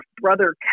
Brother